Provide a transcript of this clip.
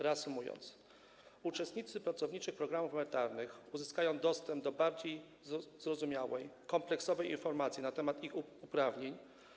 Reasumując, uczestnicy pracowniczych programów emerytalnych uzyskają dostęp do bardziej zrozumiałej, kompleksowej informacji na temat ich uprawnień.